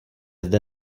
zde